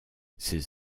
ses